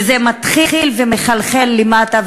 וזה מתחיל לחלחל למטה,